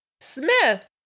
Smith